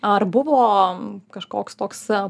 ar buvo kažkoks toks